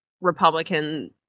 Republican